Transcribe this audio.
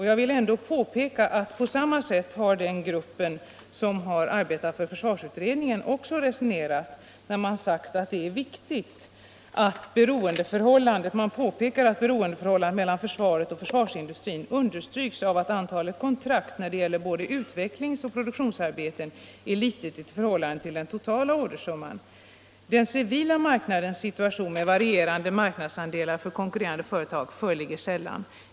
Jag vill ändå påpeka att på samma sätt har också den grupp som har arbetat för försvarsutredningen resonerat när man där påpekat att det är viktigt att beroendeförhållandet mellan försvaret och försvarsindustrin understryks av att antalet kontrakt när det gäller både utvecklingsoch produktionsarbete är litet i förhållande till den totala ordersumman. ”Den civila marknadens situation med varierande marknadsandelar för konkurrerande företag föreligger sällan.